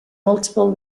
multiple